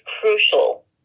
crucial